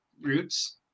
roots